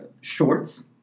shorts